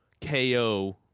KO